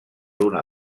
una